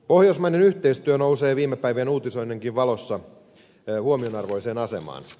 pohjoismainen yhteistyö nousee viime päivien uutisoinninkin valossa huomionarvoiseen asemaan